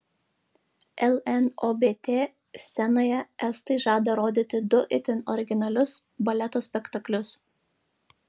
lnobt scenoje estai žada rodyti du itin originalius baleto spektaklius